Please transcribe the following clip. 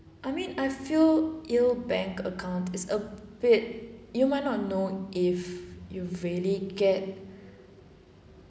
I mean I feel bank account is a bit you might not know if you really get